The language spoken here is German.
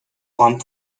räumt